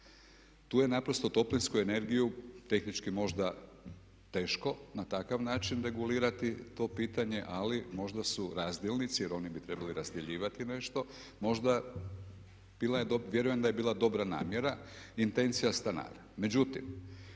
Tu je naprosto toplinsku energiju tehnički možda teško na takav način regulirati to pitanje ali možda su razdjelnici jer oni bi trebali razdjeljivati nešto možda vjerujem da je bila dobra namjera i intencija stanara.